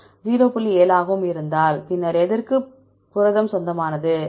7 ஆகவும் இருந்தால் பின்னர் எதற்கு புரதம் சொந்தமானது